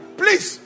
please